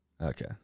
Okay